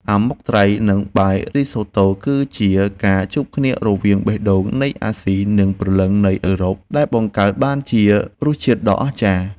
អាម៉ុកត្រី និងបាយរីសូតូគឺជាការជួបគ្នារវាងបេះដូងនៃអាស៊ីនិងព្រលឹងនៃអឺរ៉ុបដែលបង្កើតបានជារសជាតិដ៏អស្ចារ្យ។